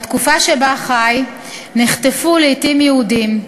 בתקופה שבה הוא חי נחטפו לעתים יהודים,